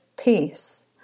peace